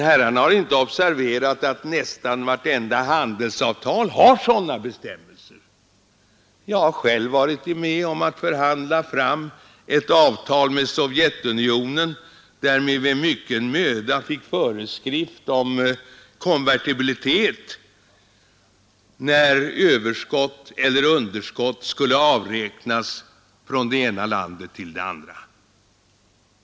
Herrarna har inte observerat att nästan vartenda handelsavtal har sådana bestämmelser. Jag har själv varit med att förhandla fram ett avtal med Sovjetunionen, där vi med mycket möda fick föreskrift om konvertibilitet när överskott eller underskott skulle avräknas från det ena landet till det andra.